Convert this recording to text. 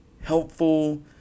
helpful